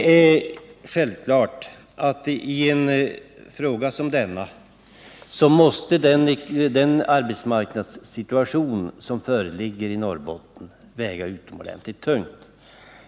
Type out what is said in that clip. I en fråga som denna måste självklart arbetsmarknadssituationen i Norrbotten väga utomordentligt tungt.